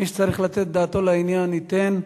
מי שצריך לתת את דעתו לעניין ייתן.